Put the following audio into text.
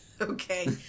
Okay